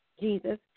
Jesus